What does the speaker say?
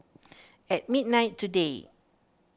at midnight today